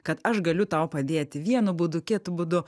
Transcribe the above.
kad aš galiu tau padėti vienu būdu kitu būdu